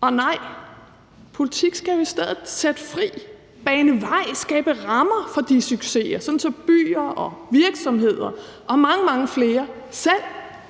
Og nej, politik skal jo i stedet sætte fri, bane vej, skabe rammer for de succeser, sådan at byer, virksomheder og mange, mange flere selv